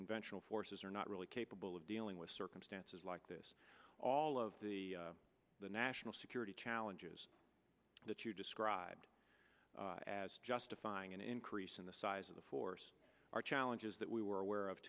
conventional forces are not really capable of dealing with circumstances like this all of the national security challenges that you described as justifying an increase in the size of the force are challenges that we were aware of